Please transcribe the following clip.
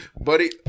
buddy